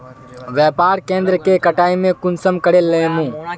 व्यापार केन्द्र के कटाई में कुंसम करे लेमु?